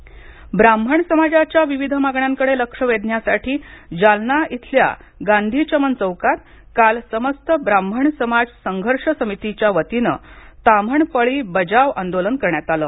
जालना आंदोलन ब्राह्मण समाजाच्या विविध मागण्यांकडे लक्ष वेधण्यासाठी जालना इथल्या गांधीचमन चौकात काल समस्त ब्राह्मण समाज संघर्ष समितीच्या वतीनं ताम्हण पळी बजाव आंदोलन करण्यात आलं